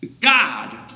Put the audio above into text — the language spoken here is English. God